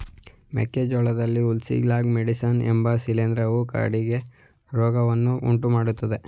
ಮೆಕ್ಕೆ ಜೋಳದಲ್ಲಿ Ustilago maydis ಎಂಬ ಶಿಲೀಂಧ್ರವು ಕಾಡಿಗೆ ರೋಗವನ್ನು ಉಂಟುಮಾಡ್ತದೆ